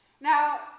Now